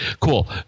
cool